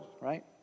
right